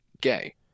gay